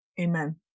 Amen